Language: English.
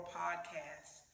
podcast